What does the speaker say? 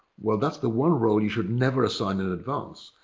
well that's the one role you should never assign in advance.